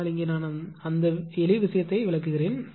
ஆனால் இங்கே நான் அந்த எளிய விஷயத்தை விளக்குகிறேன்